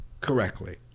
Correctly